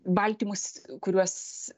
baltymus kuriuos